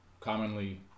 commonly